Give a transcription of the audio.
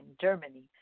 Germany